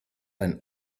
ein